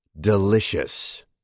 Delicious